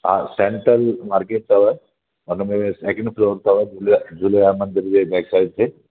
हा centre market अथव हुन में सेकंड फ्लोर अथव झूले झूलेलाल मंदर जे बैक साइड ते